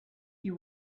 you